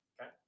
Okay